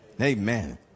Amen